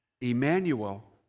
Emmanuel